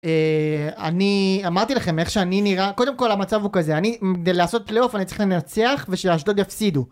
אני אמרתי לכם איך שאני נראה קודם כל המצב הוא כזה אני כדי לעשות פלייאוף אני צריך לנצח ושאשדוד יפסידו